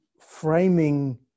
framing